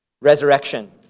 resurrection